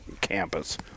campus